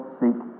seek